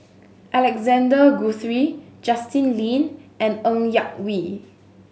Alexander Guthrie Justin Lean and Ng Yak Whee